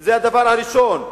זה הדבר הראשון.